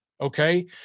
okay